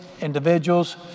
individuals